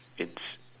it's